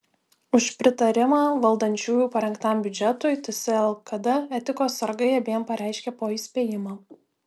už pritarimą valdančiųjų parengtam biudžetui ts lkd etikos sargai abiem pareiškė po įspėjimą